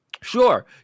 sure